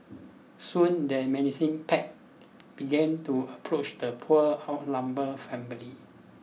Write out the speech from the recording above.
soon the menacing pack began to approach the poor outnumbered family